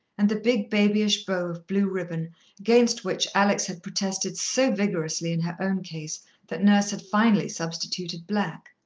and the big, babyish bow of blue ribbon against which alex had protested so vigorously in her own case that nurse had finally substituted black.